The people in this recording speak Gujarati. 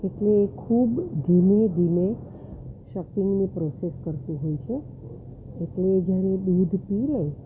એટલે ખૂબ ધીમે ધીમે સકિંગની પ્રોસેસ કરતું હોય છે એટલે જ્યારે દૂધ પી લે